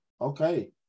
Okay